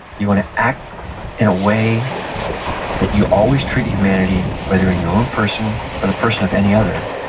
you wanna act in a way that you always treat humanity, whether in your own person or the person of any other,